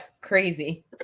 crazy